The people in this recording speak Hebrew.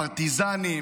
פרטיזנים.